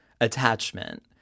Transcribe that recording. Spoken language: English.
attachment